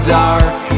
dark